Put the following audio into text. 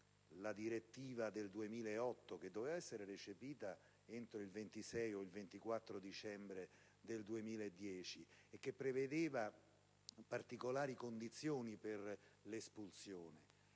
la direttiva del 2008, che doveva essere recepita entro il 26 o 24 dicembre 2010 e che prevedeva particolari condizioni per le espulsioni.